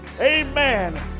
Amen